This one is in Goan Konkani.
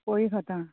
पोयी खाता